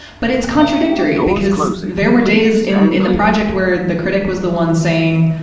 but it's contradictory, because there were days in, in the project where the critic was the one saying,